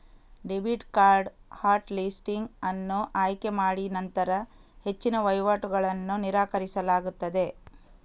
debit card hot listing ಅನ್ನು ಆಯ್ಕೆ ಮಾಡಿನಂತರ ಹೆಚ್ಚಿನ ವಹಿವಾಟುಗಳನ್ನು ನಿರಾಕರಿಸಲಾಗುತ್ತದೆ